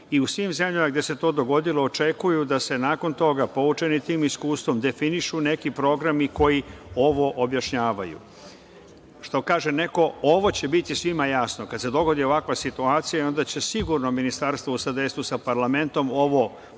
i u svim zemljama gde se to dogodilo očekuju da se nakon toga, poučeni tim iskustvom definišu neki programi koji ovo objašnjavaju. Što kaže neko, ovo će biti svima jasno, kad se dogodi ovakva situacija onda će sigurno ministarstvo u sadejstvu sa parlamentom ovo pokrenuti,